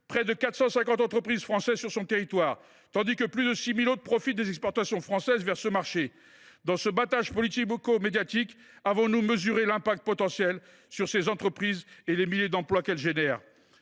près de 450 entreprises françaises sur son territoire tandis que plus de 6 000 autres profitent des exportations françaises vers ce marché. Dans ce battage politico médiatique, avons nous mesuré les répercussions potentielles sur ces entreprises et les milliers d’emplois qu’elles créent ?